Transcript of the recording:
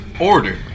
Order